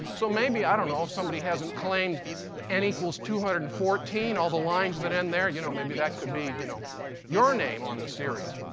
so maybe, i don't know, if somebody hasn't claimed n equals two hundred and fourteen, all the lines that end there, you know, maybe that could be you know your name on the series.